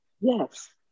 Yes